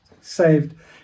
saved